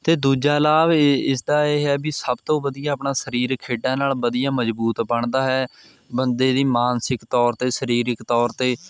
ਅਤੇ ਦੂਜਾ ਲਾਭ ਇਹ ਇਸਦਾ ਇਹ ਹੈ ਵੀ ਸਭ ਤੋਂ ਵਧੀਆ ਆਪਣਾ ਸਰੀਰ ਖੇਡਾਂ ਨਾਲ਼ ਵਧੀਆ ਮਜ਼ਬੂਤ ਬਣਦਾ ਹੈ ਬੰਦੇ ਦੀ ਮਾਨਸਿਕ ਤੌਰ 'ਤੇ ਸਰੀਰਕ ਤੌਰ 'ਤੇ